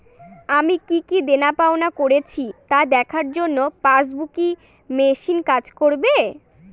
আমি কি কি দেনাপাওনা করেছি তা দেখার জন্য পাসবুক ই মেশিন কাজ করবে?